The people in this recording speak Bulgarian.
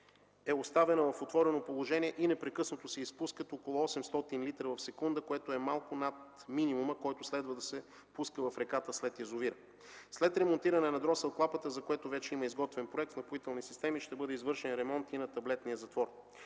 е оставена в отворено положение и непрекъснато се изпускат около 800 литра в секунда, което е малко над минимума, който следва да се пуска в реката след язовира. След ремонтиране на дросел клапата, за което вече има изготвен проект в „Напоителни системи”, ще бъде извършен ремонт и на таблетния затвор.